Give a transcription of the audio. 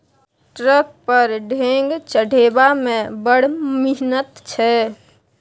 truck पर ढेंग चढ़ेबामे बड़ मिहनत छै